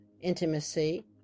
Intimacy